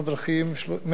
הרבה מאוד.